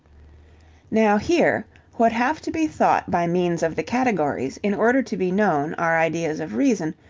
now here what have to be thought by means of the categories in order to be known are ideas of reason,